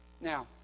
Now